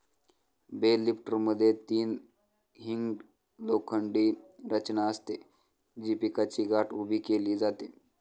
bell लिफ्टरमध्ये तीन hinged लोखंडी रचना असते, जी पिकाची गाठ उभी केली जाते